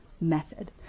method